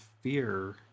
fear